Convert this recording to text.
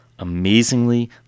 Amazingly